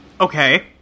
okay